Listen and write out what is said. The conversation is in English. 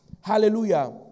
Hallelujah